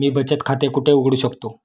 मी बचत खाते कुठे उघडू शकतो?